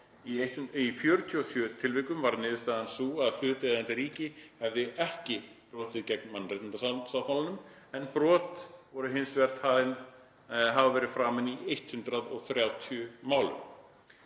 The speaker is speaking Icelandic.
Í 47 tilvikum varð niðurstaðan sú að hlutaðeigandi ríki hefði ekki brotið gegn mannréttindasáttmálanum, en brot voru hins vegar talin hafa verið framin í 130 málum.“